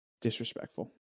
Disrespectful